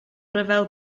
ryfel